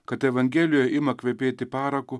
kad evangelijoj ima kvepėti paraku